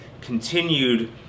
continued